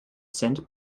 cent